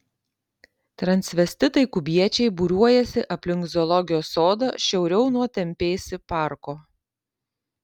transvestitai kubiečiai būriuojasi aplink zoologijos sodą šiauriau nuo tempėsi parko